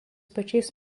pačiais